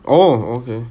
oh okay